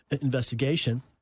investigation